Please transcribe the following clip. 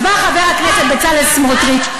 אז בא חבר הכנסת בצלאל סמוטריץ,